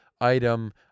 item